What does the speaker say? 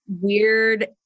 weird